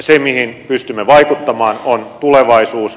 se mihin pystymme vaikuttamaan on tulevaisuus